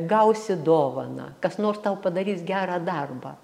gausi dovaną kas nors tau padarys gerą darbą